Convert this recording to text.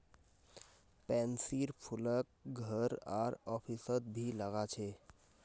पैन्सीर फूलक घर आर ऑफिसत भी लगा छे